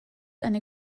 eine